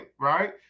right